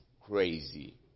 crazy